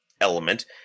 element